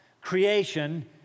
creation